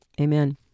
amen